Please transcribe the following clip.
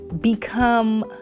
become